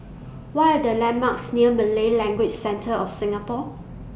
What Are The landmarks near Malay Language Centre of Singapore